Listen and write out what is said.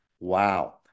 Wow